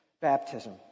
Baptism